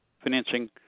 financing